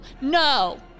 no